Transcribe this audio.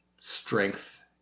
strength